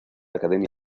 academia